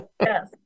Yes